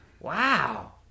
wow